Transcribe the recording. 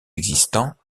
existants